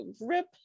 rip